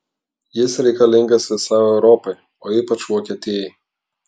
jis reikalingas visai europai o ypač vokietijai